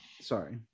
sorry